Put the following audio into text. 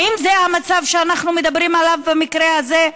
האם זה המצב שאנחנו מדברים עליו במקרה הזה?